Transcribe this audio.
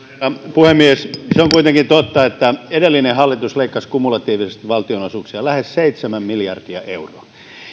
puhemies se on kuitenkin totta että edellinen hallitus leikkasi kumulatiivisesti valtionosuuksia lähes seitsemän miljardia euroa